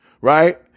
Right